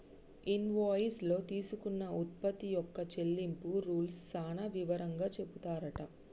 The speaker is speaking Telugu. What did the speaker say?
ఇన్వాయిస్ లో తీసుకున్న ఉత్పత్తి యొక్క చెల్లింపు రూల్స్ సాన వివరంగా చెపుతారట